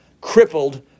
crippled